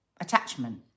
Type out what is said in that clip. attachment